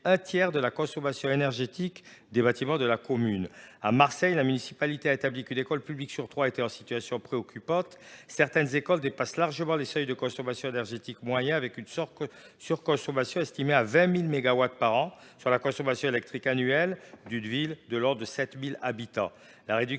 un tiers de la consommation énergétique des bâtiments des communes. À Marseille, la municipalité a établi qu’une école publique sur trois était en situation préoccupante. Certains établissements dépassent largement les seuils de consommation énergétique moyens, avec une surconsommation estimée à 20 000 mégawattheures par an, soit la consommation électrique annuelle d’une ville de 7 000 habitants.